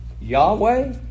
Yahweh